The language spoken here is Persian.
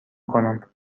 کنم